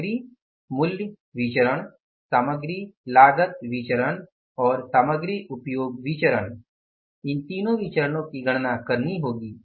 हमें MCV MPV और MUV इन तीनों विचरणो की गणना करनी होगी